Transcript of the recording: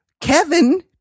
Kevin